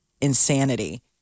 insanity